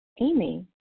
Amy